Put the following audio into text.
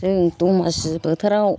जों दमासि बोथोराव